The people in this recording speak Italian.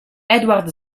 edward